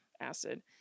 acid